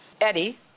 Eddie